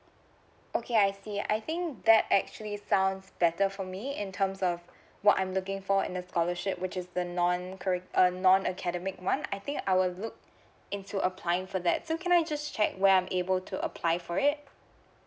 okay I see I think actually sounds better for me in terms of what I'm looking for in a scholarship which is the non curri~ err non academic one I think I will look into applying for that so can I just check where I'm able to apply for it